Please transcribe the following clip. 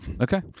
Okay